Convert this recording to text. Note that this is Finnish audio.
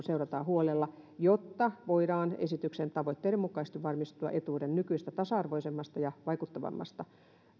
seurataan huolella jotta voidaan esityksen tavoitteiden mukaisesti varmistua etuuden nykyistä tasa arvoisemmasta ja vaikuttavammasta